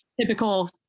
Typical